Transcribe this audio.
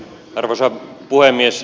arvoisa puhemies